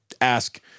ask